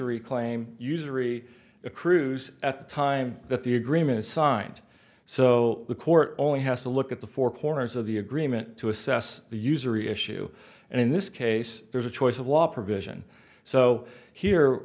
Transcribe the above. usury claim usury a cruise at the time that the agreement is signed so the court only has to look at the four corners of the agreement to assess the usury issue and in this case there's a choice of law provision so here